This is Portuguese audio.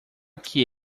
que